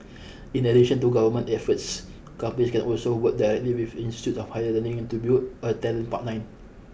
in addition to government efforts companies can also work directly with institute of higher learning to build a talent pipeline